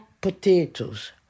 potatoes